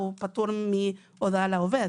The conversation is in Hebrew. הוא פטור מהודעה לעובד,